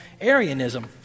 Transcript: Arianism